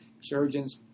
surgeons